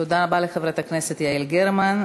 תודה רבה לחברת הכנסת יעל גרמן.